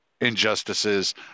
injustices